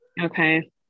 okay